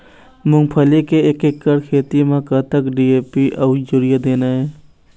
मूंगफली के एक एकड़ खेती म कतक डी.ए.पी अउ यूरिया देना ये?